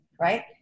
right